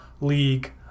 League